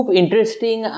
interesting